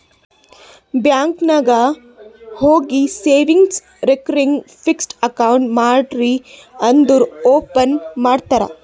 bank ನಾಗ್ ಹೋಗಿ savings, recurring, fixed account ಮಾಡ್ರಿ ಅಂದುರ್ ಓಪನ್ ಮಾಡ್ತಾರ್